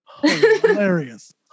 hilarious